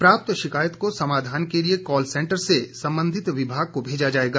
प्राप्त शिकायत को समाधान के लिये कॉल सेंटर से सम्बंधित विभाग को भेजा जाएगा